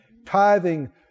tithing